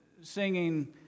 singing